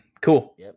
Cool